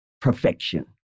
perfection